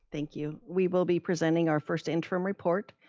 thank you, we will be presenting our first interim report.